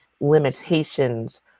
limitations